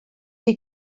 fer